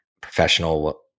professional